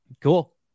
Cool